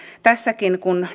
tässäkin kun